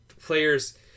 players